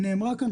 נאמר כאן,